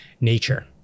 nature